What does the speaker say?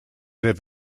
have